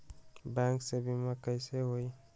Bank से बिमा कईसे होई?